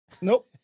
Nope